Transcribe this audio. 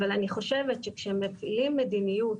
אבל אני חושבת שכשמביאים מדיניות